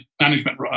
management